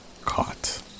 caught